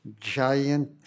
giant